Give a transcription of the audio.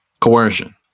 coercion